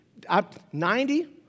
90